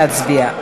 כן להצביע.